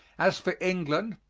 as for england,